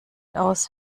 aus